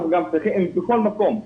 הם בכל מקום,